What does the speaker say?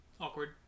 awkward